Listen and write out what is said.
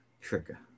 trigger